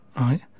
right